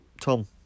Tom